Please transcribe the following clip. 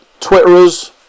Twitterers